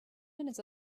minutes